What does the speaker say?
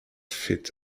fit